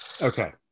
Okay